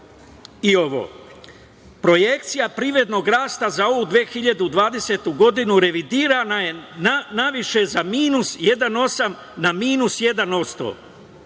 i ovo. Projekcija privrednog rasta za ovu 2020. godinu revidirana je naviše za minus 1,8 na minus 1%